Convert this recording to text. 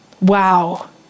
wow